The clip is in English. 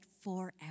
forever